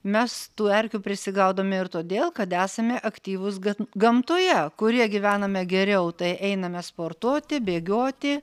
mes tų erkių prisigaudome ir todėl kad esame aktyvūs gan gamtoje kurioje gyvename geriau tai einame sportuoti bėgioti